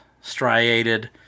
striated